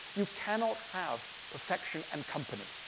you cannot have perfection and company.